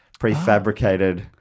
prefabricated